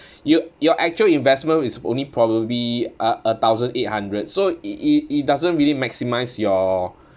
you your actual investment is only probably a a thousand eight hundred so it it it doesn't really maximise your